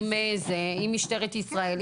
עם משטרת ישראל,